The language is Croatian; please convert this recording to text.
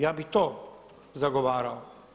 Ja bih to zagovarao.